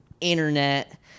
internet